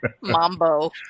Mambo